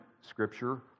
scripture